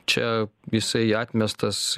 čia jisai atmestas